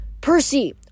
Percy